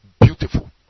beautiful